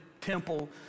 temple